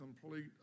complete